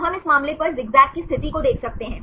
तो हम इस मामले पर ज़िगज़ैग की स्थिति को देख सकते हैं